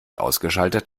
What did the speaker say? ausgeschaltet